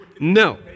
no